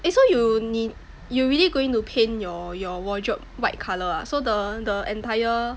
eh so you need you really going to paint your your wardrobe white colour ah so the the entire